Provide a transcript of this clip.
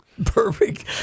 perfect